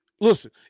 listen